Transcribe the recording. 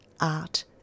art